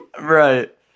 Right